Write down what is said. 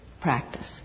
practice